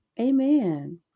Amen